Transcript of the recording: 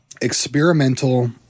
experimental